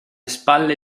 spalle